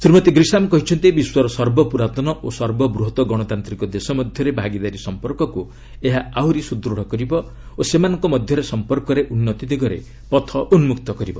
Shrimati Grisham କହିଛନ୍ତି ବିଶ୍ୱର ସର୍ବପୁରାତନ ଓ ସର୍ବବୃହତ୍ ଗଣତାନ୍ତିକ ଦେଶ ମଧ୍ୟରେ ଭାଗିଦାରୀ ସମ୍ପର୍କକୁ ଏହା ଆହୁରି ସୁଦୃଢ଼ କରିବ ଓ ସେମାନଙ୍କ ମଧ୍ୟରେ ସମ୍ପର୍କରେ ଉନ୍ନତି ଦିଗରେ ପଥ ଉନ୍କକ୍ତ କରିବ